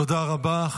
תודה רבה.